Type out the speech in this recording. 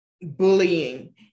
bullying